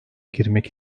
girmek